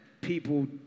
people